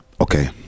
Okay